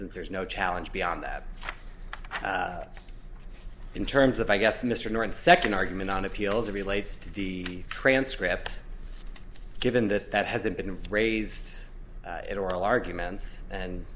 and there's no challenge beyond that in terms of i guess mr norton second argument on appeal as relates to the transcript given that that hasn't been raised in oral arguments and